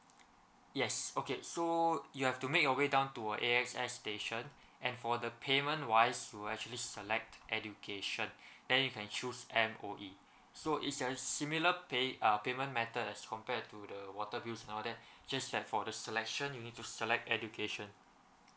yes okay so you have to make your way down to a A_X_S station and for the payment wise you'll actually select education then you can choose M_O_E so it's a similar pay uh payment method as compared to the water bills and all that just that for the selection you need to select education